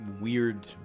weird